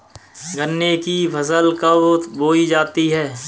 गन्ने की फसल कब बोई जाती है?